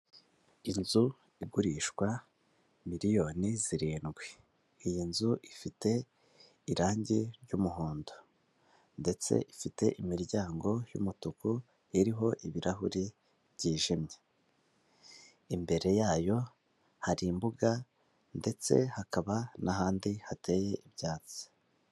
Inzu igurishwa miliyoni zirindwi. Iyi nzu ifite irangi ry'umuhondo ndetse ifite imiryango y'umutuku iriho ibirahuri byijimye, imbere yayo hari imbuga ndetse hakaba n'ahandi hateye ibyatsi.